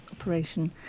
operation